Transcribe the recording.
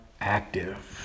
active